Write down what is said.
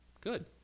Good